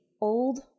old